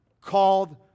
Called